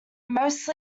most